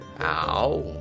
Ow